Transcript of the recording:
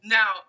Now